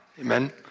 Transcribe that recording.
Amen